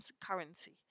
currency